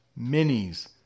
Minis